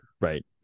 Right